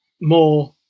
more